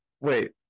wait